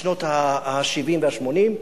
בשנות ה-70 וה-80,